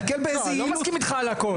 לא אני לא מסכים אתך על הכול.